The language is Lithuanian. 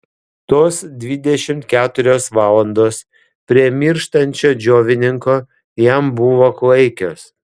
tos dvidešimt keturios valandos prie mirštančio džiovininko jam buvo klaikios